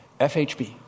FHB